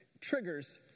triggers